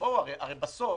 הרי בסוף